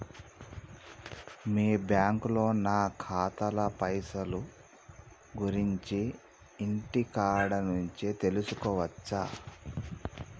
మీ బ్యాంకులో నా ఖాతాల పైసల గురించి ఇంటికాడ నుంచే తెలుసుకోవచ్చా?